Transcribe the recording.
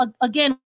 again